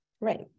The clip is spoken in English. Right